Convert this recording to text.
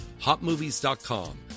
HotMovies.com